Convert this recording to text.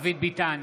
דוד ביטן,